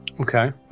Okay